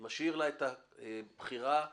הוא משאיר לה את הבחירה לשיקולה.